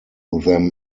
them